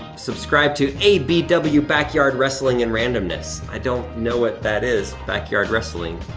subscribe to abw backyard wresting and randomness. i don't know what that is, backyard wresting,